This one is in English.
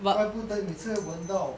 怪不得每次都闻到